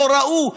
לא ראו,